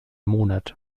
monat